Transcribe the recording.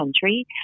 country